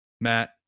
Matt